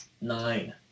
Nine